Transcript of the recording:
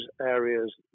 areas